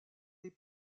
des